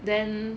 then